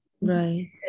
Right